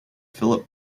phillip